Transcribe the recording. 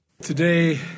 Today